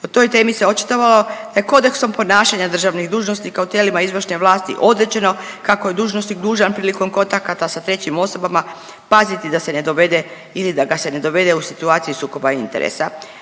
o toj temi se očitovao da je kodeksom ponašanja državnih dužnosnika u tijelima izvršne vlasti određeno kako je dužnosnik dužan prilikom kontakata sa trećim osobama paziti da se ne dovede ili da ga se ne dovede u situaciju sukoba interesa,